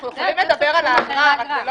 אנחנו יכולים לדבר על האגרה אבל זה לא